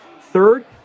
Third